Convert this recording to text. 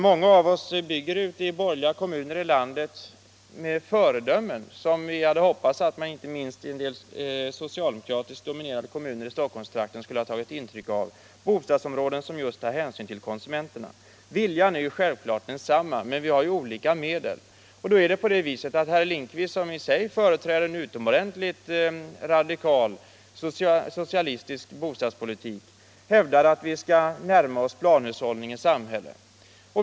Många av oss bygger ute i borgerliga kommuner — med föredömen, som vi hade hoppats att man inte minst i en del socialdemokratiskt dominerade kommuner i Stockholmstrakten skulle ta intryck av — bostadsområden där man just tagit hänsyn till konsumenterna. Viljan är självklart densamma, men vi har olika medel. Herr Lindkvist, som själv företräder en utomordentligt radikal socialistisk bostadspolitik, motiverar att vi skall närma oss planhushållningens samhälle.